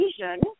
vision